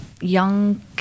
young